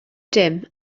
dim